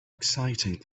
exciting